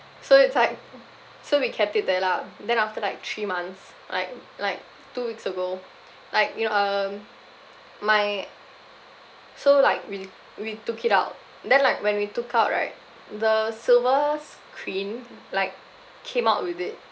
so it's like so we kept it there lah then after like three months like like two weeks ago like you know um my so like we we took it out then like when we took out right the silver screen like came out with it